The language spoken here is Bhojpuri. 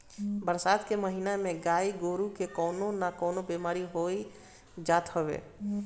बरसात के महिना में गाई गोरु के कवनो ना कवनो बेमारी होइए जात हवे